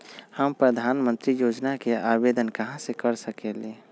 हम प्रधानमंत्री योजना के आवेदन कहा से कर सकेली?